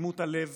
הלב